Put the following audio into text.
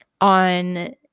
on